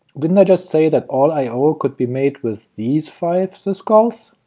didn't i just say that all i o could be made with these five syscalls?